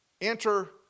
Enter